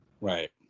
right